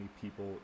people